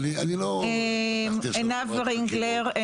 עינב רינגלר.